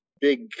big